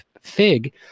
fig